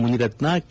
Munirathna K